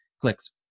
clicks